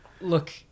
Look